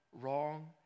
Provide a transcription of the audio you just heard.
wrong